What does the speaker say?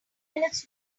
minutes